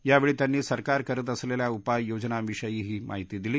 त्यावछी त्यांनी सरकार करत असलखिा उपाययोजनांविषयीही माहिती दिली